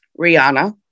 Rihanna